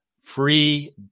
free